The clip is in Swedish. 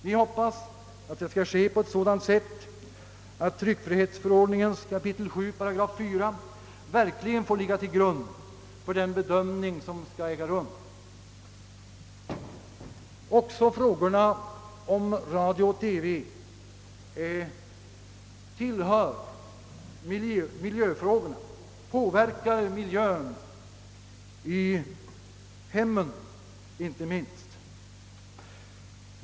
Vi hoppas att tryckfrihetsförordningen 7 kap. 4 § verkligen får ligga till grund för den bedömning som skall äga rum. Även spörsmål i samband med radio och TV är miljö frågor — inte minst påverkas miljön i hemmen.